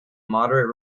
moderate